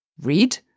read